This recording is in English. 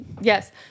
Yes